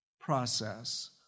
process